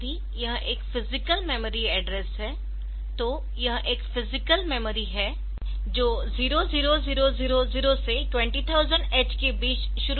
यदि यह एक फिजिकल मेमोरी एड्रेस है तो यह एक फिजिकल मेमोरी है जो 00000 से 20000H के बीच शुरू होती है